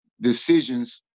decisions